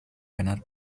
ganar